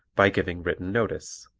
by giving written notice,